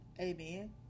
Amen